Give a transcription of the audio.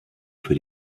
für